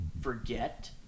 forget